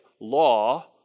law